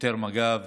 שוטר מג"ב